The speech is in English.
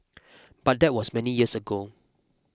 but that was many years ago